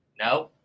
No